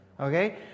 okay